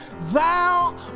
Thou